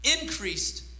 Increased